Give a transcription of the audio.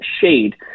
shade